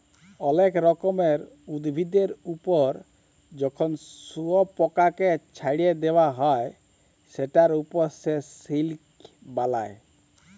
অলেক রকমের উভিদের ওপর যখন শুয়পকাকে চ্ছাড়ে দেওয়া হ্যয় সেটার ওপর সে সিল্ক বালায়